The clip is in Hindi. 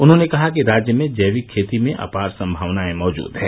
उन्होंने कहा कि राज्य में जैविक खेती में अपार संभावनाएं मौजूद है